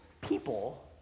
people